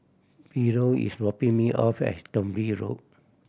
Philo is dropping me off at Thong Bee Road